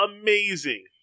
Amazing